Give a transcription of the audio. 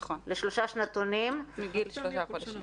נכון, מגיל שלושה חודשים.